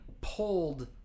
pulled